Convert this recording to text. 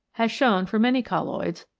has shown for many colloids,